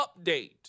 update